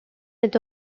est